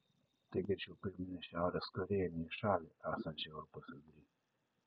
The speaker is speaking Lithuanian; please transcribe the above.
tai greičiau priminė šiaurės korėją nei į šalį esančią europos vidury